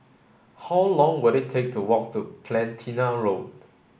how long will it take to walk to Platina Road